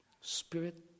Spirit